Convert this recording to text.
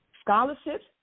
Scholarships